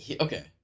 Okay